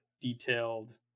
detailed